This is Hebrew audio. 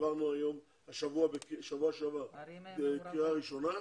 בשבוע שעבר העברנו בקריאה ראשונה.